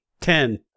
Ten